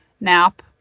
nap